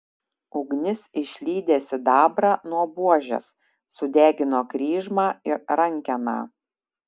ugnis išlydė sidabrą nuo buožės sudegino kryžmą ir rankeną